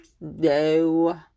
no